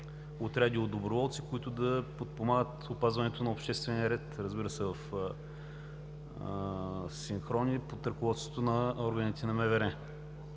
отряди от доброволци, които да подпомагат опазването на обществения ред, разбира се, в синхрон и под ръководството на органите на МВР.